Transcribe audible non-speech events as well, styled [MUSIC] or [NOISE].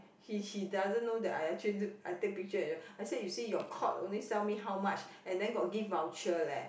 he he doesn't know that I actually [NOISE] I take picture I said you see your Courts only sell me how much and then got gift voucher leh